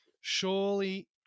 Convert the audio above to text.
Surely